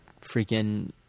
freaking